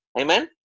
Amen